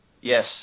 Yes